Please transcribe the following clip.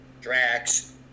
Drax